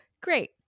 Great